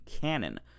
canon